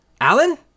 Alan